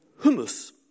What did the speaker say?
hummus